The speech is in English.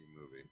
movie